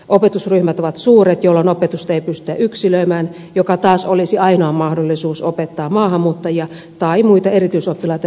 opetusryhmät ovat suuret jolloin opetusta ei pystytä yksilöimään mikä taas olisi ainoa mahdollisuus opettaa maahanmuuttajia tai muita erityisoppilaita yleisopetuksen ryhmissä